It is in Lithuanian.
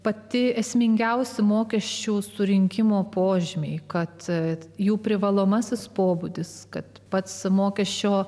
pati esmingiausi mokesčių surinkimo požymiai kad jų privalomasis pobūdis kad pats mokesčio